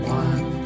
one